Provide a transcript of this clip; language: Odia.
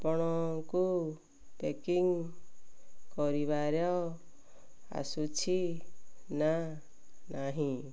ଆପଣଙ୍କୁ ପେକିଂ କରିବାର ଆସୁଛି ନା ନାହିଁ